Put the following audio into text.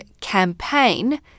campaign